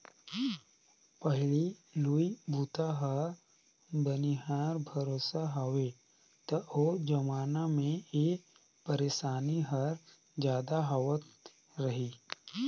पहिली लुवई बूता ह बनिहार भरोसा होवय त ओ जमाना मे ए परसानी हर जादा होवत रही